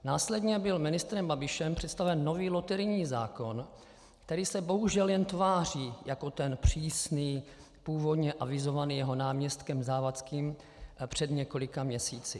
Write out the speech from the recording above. Následně byl ministrem Babišem představen nový loterijní zákon, který se bohužel jen tváří jako ten přísný, původně avizovaný jeho náměstkem Závodským před několika měsíci.